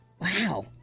Wow